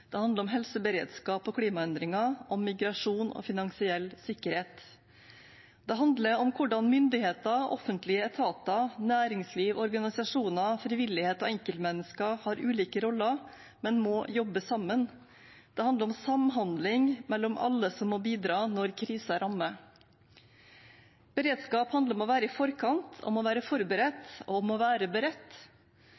det handler om helseberedskap og klimaendringer, om migrasjon og finansiell sikkerhet. Det handler om hvordan myndigheter, offentlige etater, næringsliv, organisasjoner, frivillighet og enkeltmennesker har ulike roller, men må jobbe sammen. Det handler om samhandling mellom alle som må bidra når kriser rammer. Beredskap handler om å være i forkant, om å være